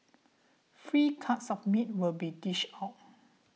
free cuts of meat will be dished out